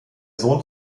sohn